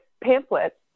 pamphlets